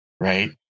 Right